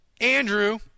Andrew